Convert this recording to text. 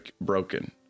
broken